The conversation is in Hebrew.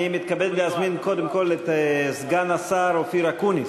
אני מתכבד להזמין קודם כול את סגן השר אופיר אקוניס,